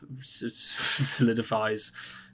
solidifies